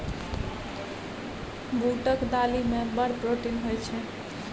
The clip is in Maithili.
बूटक दालि मे बड़ प्रोटीन होए छै